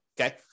Okay